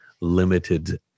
limited